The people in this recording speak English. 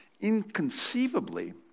Inconceivably